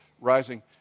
rising